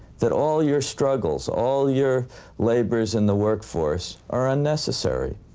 that all your struggles, all your labors in the work force, are unnecessary,